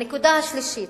הנקודה השלישית,